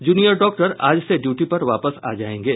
junior doctor आज से duty पर वापस आ जायेंगे